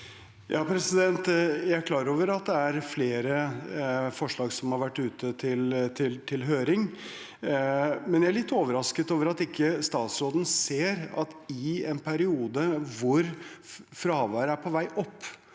(H) Jeg er klar over at det er flere forslag som har vært ute til høring, men jeg er litt overrasket over at statsråden ikke ser at det i en periode hvor fraværet er på vei opp,